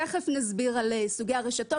תיכף נסביר על סוגי הרשתות.